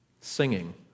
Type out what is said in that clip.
singing